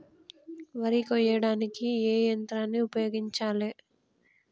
వరి కొయ్యడానికి ఏ యంత్రాన్ని ఉపయోగించాలే?